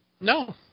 No